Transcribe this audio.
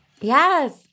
Yes